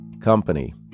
company